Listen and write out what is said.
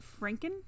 Franken